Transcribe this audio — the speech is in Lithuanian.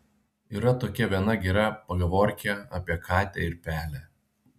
yra tokia viena gera pagavorkė apie katę ir pelę